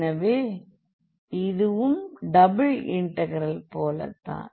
எனவே இதுவும் double integral போலத்தான்